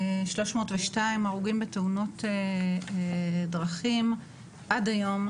302 הרוגים בתאונות דרכים עד היום,